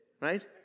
right